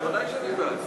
ודאי שאני בעד.